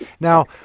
Now